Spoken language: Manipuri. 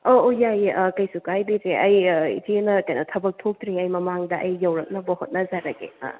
ꯑꯧ ꯑꯧ ꯌꯥꯏꯌꯦ ꯀꯩꯁꯨ ꯀꯥꯏꯗꯦ ꯏꯆꯦ ꯑꯩ ꯏꯆꯦꯅ ꯀꯩꯅꯣ ꯊꯕꯛ ꯊꯣꯛꯇ꯭ꯔꯤꯉꯩ ꯃꯃꯥꯡꯗ ꯑꯩ ꯌꯧꯔꯛꯅꯕ ꯍꯣꯠꯅꯖꯔꯒꯦ